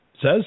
says